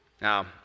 Now